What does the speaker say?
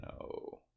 no